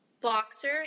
boxer